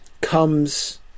comes